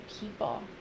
people